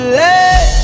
let